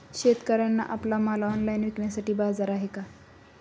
शेतकऱ्यांना आपला माल ऑनलाइन विकण्यासाठी बाजार आहे का?